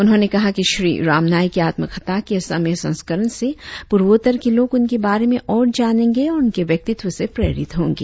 उन्होंने कहा कि श्री राम नाईक की आत्मकथा के असमीया संस्करण से पूर्वोत्तर के लोग उनके बारे में ओर जानेंगे और उनके व्यक्तित्व से प्रेरित होंगे